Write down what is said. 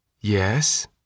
Yes